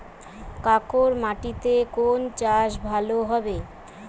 কাঁকর মাটিতে কোন চাষ ভালো হবে?